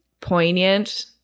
poignant